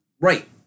Right